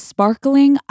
Sparkling